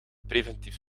preventief